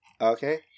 Okay